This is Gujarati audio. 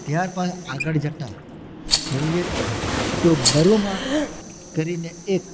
ત્યારબાદ આગળ જતા જોઈએ તો બરૂમાળ કરીને એક